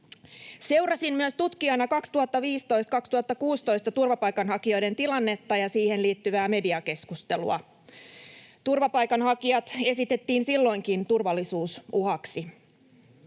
Seurasin myös tutkijana 2015—2016 turvapaikanhakijoiden tilannetta ja siihen liittyvää mediakeskustelua. Turvapaikanhakijat esitettiin silloinkin turvallisuusuhaksi.